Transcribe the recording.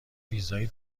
ویزای